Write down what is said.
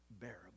bearable